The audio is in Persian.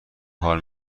کار